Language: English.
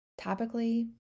topically